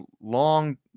long